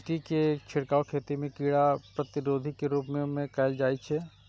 DDT के छिड़काव खेती मे कीड़ा प्रतिरोधी के रूप मे कैल जाइ छै